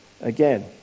Again